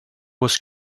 was